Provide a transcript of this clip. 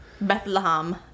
Bethlehem